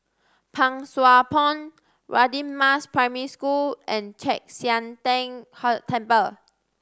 Pang Sua Pond Radin Mas Primary School and Chek Sian Tng Hud Temple